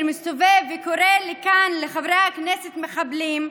מסתובב וקורא כאן לחברי הכנסת מחבלים,